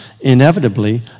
inevitably